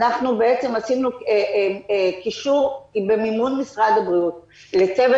אנחנו בעצם עשינו קישור במימון משרד הבריאות לצוות